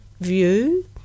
view